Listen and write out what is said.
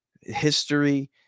history